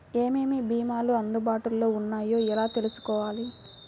ఏమేమి భీమాలు అందుబాటులో వున్నాయో ఎలా తెలుసుకోవాలి?